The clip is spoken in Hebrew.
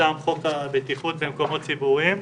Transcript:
מטעם חוק הבטיחות במקומות ציבוריים,